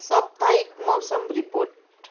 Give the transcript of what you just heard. साप्ताहिक मौसम रिपोर्ट